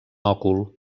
òcul